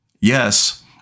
Yes